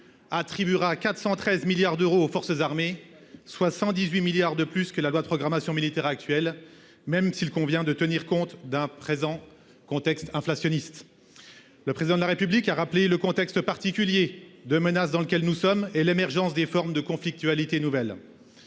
Attribuera 413 milliards d'euros aux forces armées, soit 118 milliards de plus que la loi de programmation militaire actuel même s'il convient de tenir compte d'un présent contexte inflationniste. Le président de la République a rappelé le contexte particulier de menaces dans lequel nous sommes et l'émergence des formes de conflictualité nouvelle.